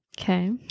Okay